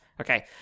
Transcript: Okay